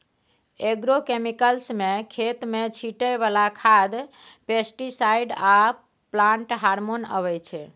agrochemicals मे खेत मे छीटय बला खाद, पेस्टीसाइड आ प्लांट हार्मोन अबै छै